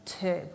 two